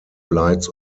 lights